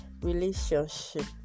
relationship